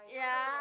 ya